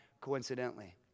coincidentally